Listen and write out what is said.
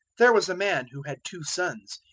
there was a man who had two sons.